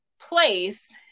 place